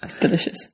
delicious